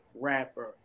rapper